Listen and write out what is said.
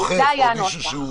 זה היה הנוסח.